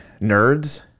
nerds